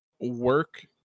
work